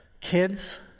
Kids